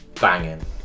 Banging